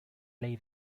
ley